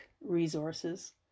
resources